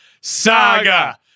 Saga